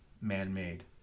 man-made